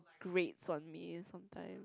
great on me sometime